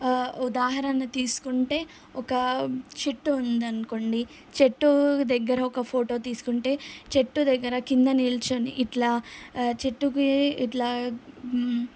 ఉదాహరణ తీసుకుంటే ఒక చెట్టు ఉందనుకోండి చెట్టు దగ్గర ఒక ఫోటో తీసుకుంటే చెట్టు దగ్గర కింద నిల్చోని ఇట్లా చెట్టుకి ఇట్లా